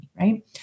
right